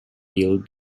deal